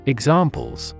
Examples